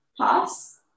Pass